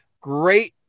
great